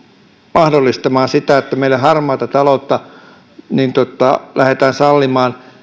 mahdollistamaan sitä että meillä harmaata taloutta lähdetään sallimaan